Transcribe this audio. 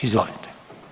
Izvolite.